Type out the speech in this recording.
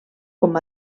com